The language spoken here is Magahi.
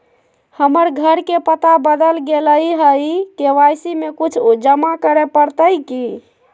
हमर घर के पता बदल गेलई हई, के.वाई.सी में कुछ जमा करे पड़तई की?